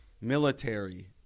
military